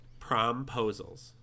Promposals